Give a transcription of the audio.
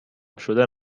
شدن